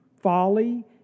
Folly